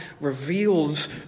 reveals